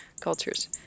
cultures